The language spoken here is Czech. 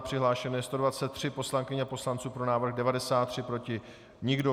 Přihlášeno je 123 poslankyň a poslanců, pro návrh 93, proti nikdo.